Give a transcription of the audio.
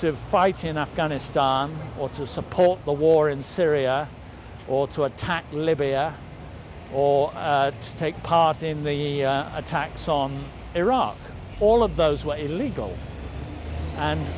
to fight in afghanistan or to support the war in syria or to attack libya or to take part in the attacks on iraq all of those way illegal and